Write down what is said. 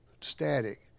static